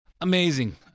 Amazing